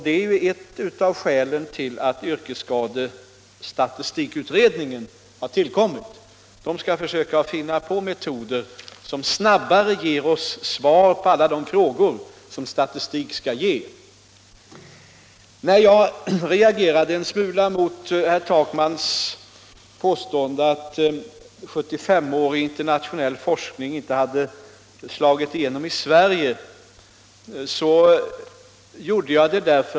Detta är ett av skälen till att yrkesskadestatistikutredningen har tillkommit. Utredningen skall försöka finna metoder som snabbare ger oss svar på alla de frågor som statistiken kan ge upphov till. Jag reagerade litet mot herr Takmans påstående, att en 75-årig internationell forskning inte hade slagit igenom i Sverige.